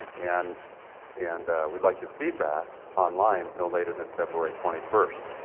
and and we'd like your feedback online no later than february twenty first.